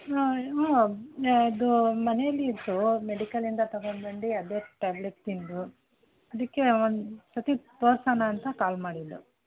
ಹಾಂ ಹಾಂ ಅದು ಮನೆಯಲ್ಲಿ ಇತ್ತು ಮೆಡಿಕಲಿಂದ ತಗೊಂಡು ಬಂದು ಅದೇ ಟ್ಯಾಬ್ಲೆಟ್ ತಿಂದು ಅದಕ್ಕೆ ಒಂದು ಸರ್ತಿ ತೋರ್ಸೋಣಂತ ಕಾಲ್ ಮಾಡಿದ್ದು